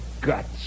guts